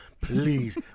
please